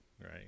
right